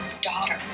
daughter